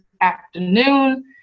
afternoon